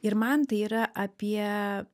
ir man tai yra apie